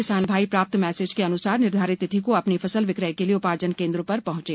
किसान भाई प्राप्त मैसेज के अनुसार निर्धारित तिथि को अपनी फसल विक्रय के लिए उपार्जन केंद्रों पर पहुंचें